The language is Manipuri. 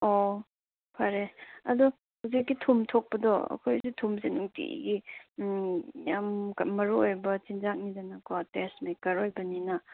ꯑꯣ ꯐꯔꯦ ꯑꯗꯨ ꯍꯧꯖꯤꯛꯀꯤ ꯊꯨꯝ ꯊꯣꯛꯄꯗꯣ ꯑꯩꯈꯣꯏꯗꯤ ꯊꯨꯝꯁꯦ ꯅꯨꯡꯇꯤꯒꯤ ꯌꯥꯝ ꯃꯔꯨ ꯑꯣꯏꯕ ꯆꯤꯟꯖꯥꯛꯅꯤꯗꯅꯀꯣ ꯇꯦꯁ ꯃꯦꯛꯀꯔ ꯑꯣꯏꯕꯅꯤꯅ